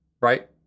right